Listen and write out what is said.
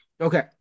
Okay